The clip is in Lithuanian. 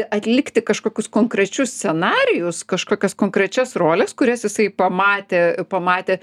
atlikti kažkokius konkrečius scenarijus kažkokias konkrečias roles kurias jisai pamatė pamatė